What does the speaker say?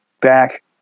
back